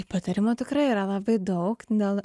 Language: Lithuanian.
patarimų tikrai yra labai daug gal